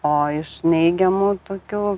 o iš neigiamų tokių